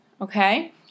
okay